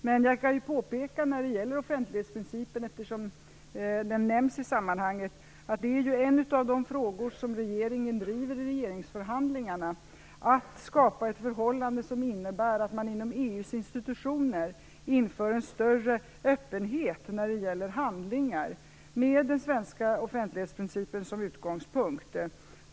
Men jag kan påpeka när det gäller offentlighetsprincipen, eftersom den nämns i sammanhanget, att en av de frågor som regeringen driver i regeringsförhandlingarna är att skapa ett förhållande som innebär att man inom EU:s institutioner inför en större öppenhet när det gäller handlingar, med den svenska offentlighetsprincipen som utgångspunkt.